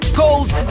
goals